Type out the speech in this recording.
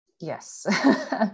Yes